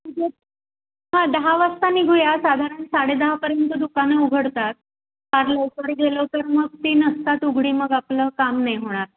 उद्या हां दहा वाजता निघूयात साधारण साडेदहापर्यंत दुकानं उघडतात फार लवकर गेलो तर मग तीन नसतात उघडी मग आपलं काम नाही होणार